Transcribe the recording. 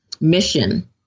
mission